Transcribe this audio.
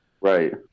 right